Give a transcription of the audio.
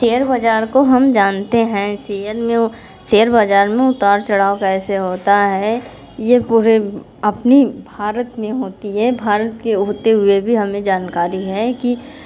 share बाज़ार को हम जानते हैं शेयर में शेयर बाज़ार मे उतार चढ़ाव कैसे होता है ये पूरे अपने भारत में होती है भारत के होते हुए भी हमें जानकारी है कि